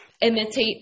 imitate –